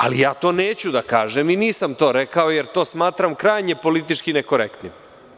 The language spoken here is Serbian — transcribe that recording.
Ali, ja to neću da kažem i nisam to rekao jer to smatram krajnje politički nekorektnim.